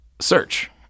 Search